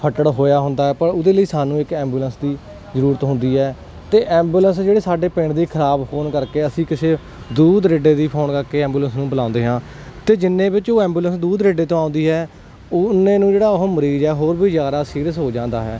ਫੱਟੜ ਹੋਇਆ ਹੁੰਦਾ ਪਰ ਉਹਦੇ ਲਈ ਸਾਨੂੰ ਇੱਕ ਐਂਬੂਲੈਂਸ ਦੀ ਜ਼ਰੂਰਤ ਹੁੰਦੀ ਹੈ ਅਤੇ ਐਬੂਲੈਂਸ ਜਿਹੜੇ ਸਾਡੇ ਪਿੰਡ ਦੀ ਖਰਾਬ ਹੋਣ ਕਰਕੇ ਅਸੀਂ ਕਿਸੇ ਦੂਰ ਦਰੇਡੇ ਦੀ ਫੋਨ ਕਰਕੇ ਐਂਬੂਲੈਂਸ ਨੂੰ ਬੁਲਾਉਂਦੇ ਹਾਂ ਅਤੇ ਜਿੰਨੇ ਵਿੱਚ ਉਹ ਐਬੂਲੈਂਸ ਦੂਰ ਦਰੇਡੇ ਤੋਂ ਆਉਂਦੀ ਹੈ ਉਹ ਉਨੇ ਨੂੰ ਜਿਹੜਾ ਉਹ ਮਰੀਜ਼ ਆ ਹੋਰ ਵੀ ਜ਼ਿਆਦਾ ਸੀਰੀਅਸ ਹੋ ਜਾਂਦਾ ਹੈ